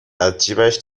ازجیبش